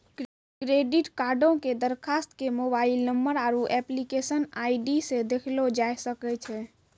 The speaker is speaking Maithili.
क्रेडिट कार्डो के दरखास्त के मोबाइल नंबर आरु एप्लीकेशन आई.डी से देखलो जाय सकै छै